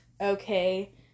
Okay